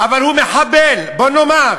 אבל הוא מחבל, בוא נאמר.